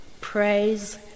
praise